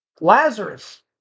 Lazarus